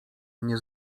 mnie